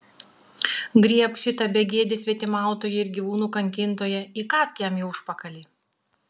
griebk šitą begėdį svetimautoją ir gyvūnų kankintoją įkąsk jam į užpakalį